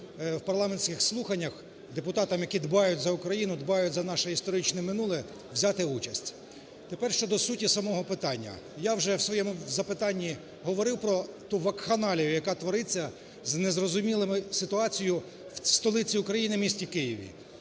в парламентських слуханнях, депутатам, які дбають за Україну, дбають за нашу історичне минуле, взяти участь. Тепер щодо суті самого питання. Я вже у своєму запитання говорив про ту вакханалію, яка твориться з незрозумілою ситуацією в столиці України місті Києві.